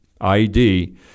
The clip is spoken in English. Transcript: ID